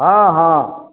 हँ हँ